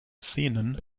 szenen